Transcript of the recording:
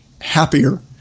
happier